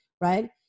right